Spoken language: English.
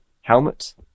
helmet